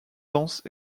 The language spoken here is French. dense